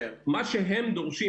מה שהם דורשים,